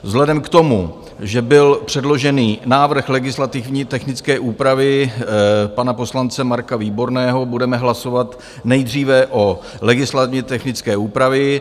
Vzhledem k tomu, že byl předložen návrh legislativně technické úpravy pana poslance Marka Výborného, budeme hlasovat nejdříve o legislativně technické úpravě.